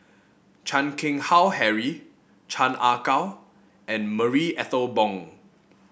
Chan Keng Howe Harry Chan Ah Kow and Marie Ethel Bong